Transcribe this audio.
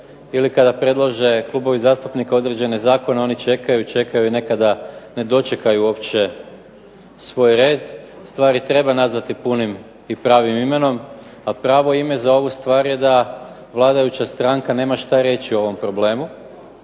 ili kada predlože klubovi zastupnika određene zakone oni čekaju, čekaju nekada ne dočekaju uopće svoj red. Stvari treba nazvati punim i pravim imenom, a pravo ime za ovu stvar je da vladajuća stranka nema šta reći o ovom problemu,